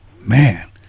man